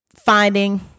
finding